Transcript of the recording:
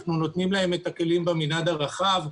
אנחנו נותנים להם את הכלים במנעד הרחב.